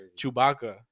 Chewbacca